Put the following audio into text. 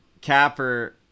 Capper